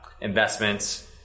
investments